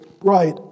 right